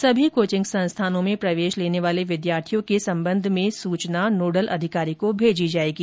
सभी कोचिंग संस्थानों में प्रवेश लेने वाले विद्यार्थियों के संबंध में सूचना नोडल अधिकारी को भेजी जाएगी